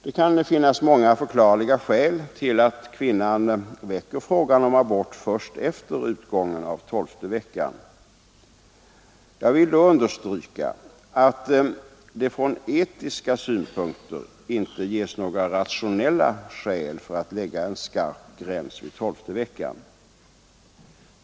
Det kan finnas många förklarliga skäl till att kvinnan väcker frågan om abort först efter utgången av tolfte veckan. Jag vill då understryka att det från etiska synpunkter inte ges några rationella skäl för att lägga en skarp gräns vid tolfte veckan.